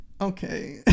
Okay